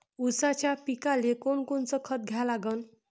ऊसाच्या पिकाले कोनकोनचं खत द्या लागन?